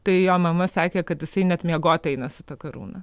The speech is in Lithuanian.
tai jo mama sakė kad jisai net miegot eina su ta karūna